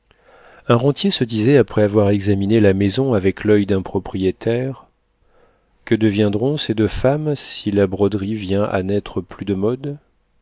un rentier se disait après avoir examiné la maison avec l'oeil d'un propriétaire que deviendront ces deux femmes si la broderie vient à n'être plus de mode